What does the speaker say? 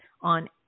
on